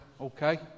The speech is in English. Okay